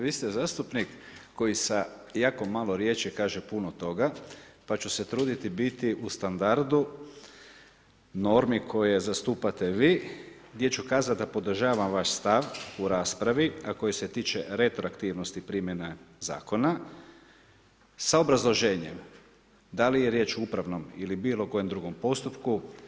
Vi ste zastupnik koji sa jako malo riječi kaže puno toga pa ću se truditi biti u standardu normi koje zastupate vi gdje ću kazati da podržavam vaš stav u raspravi, a koji se tiče retroaktivnosti primjena zakona sa obrazloženjem, da li je riječ o upravnom ili bilo kojem drugom postupku.